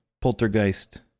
poltergeist